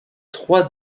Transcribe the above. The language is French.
trois